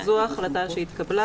זו ההחלטה שהתקבלה.